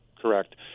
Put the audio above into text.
Correct